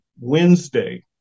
Wednesday